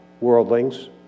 worldlings